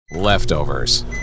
leftovers